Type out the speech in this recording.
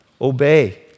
Obey